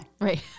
right